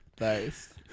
Nice